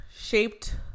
shaped